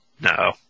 No